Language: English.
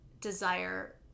desire